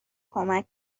کمک